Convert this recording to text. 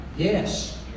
Yes